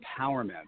Empowerment